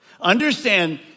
Understand